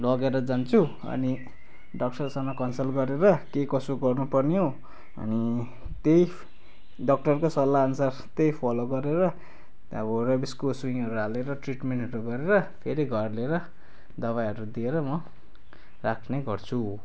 लगेर जान्छु अनि डक्टरसँग कन्सल्ट गरेर के कसो गर्नुपर्ने हो अनि त्यही डाक्टरको सल्लाह अनुसार त्यही फलो गरेर त्यहाँ अब रेबिस को सुईहरू हालेर ट्रिटमेन्टहरू गरेर फेरी घर लिएर दबाईहरू दिएर म राख्ने गर्छु